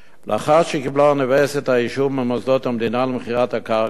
לאחר שקיבלה האוניברסיטה אישור ממוסדות המדינה למכירת הקרקע,